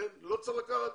לא צריך לקחת